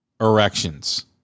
erections